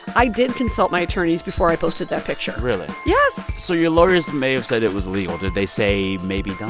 i did consult my attorneys before i posted that picture really? yes so your lawyers may have said it was legal. did they say, maybe don't